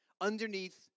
underneath